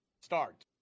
start